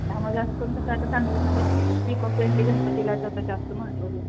आम्हाला कोण कसं आता सांगलीमध्ये इकोफ्रेंडली गणपतीलाच आता जास्त महत्त्व दिलं आहे